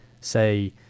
say